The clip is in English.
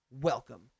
Welcome